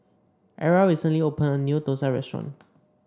Era recently opened a new thosai restaurant